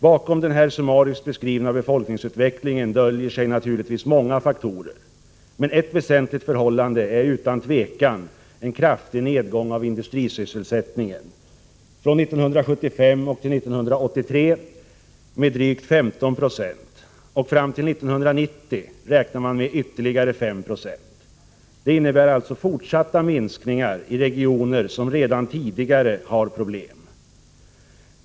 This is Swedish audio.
Bakom den här summariskt beskrivna befolkningsutvecklingen döljer sig naturligtvis många faktorer, men eft väsentligt förhållande är utan tvivel en kraftig nedgång av industrisysselsättningen — från 1975 till 1983 med drygt 15 96; fram till 1990 räknar man med ytterligare 5 96. Det innebär alltså fortsatta minskningar i regioner som redan tidigare har problem.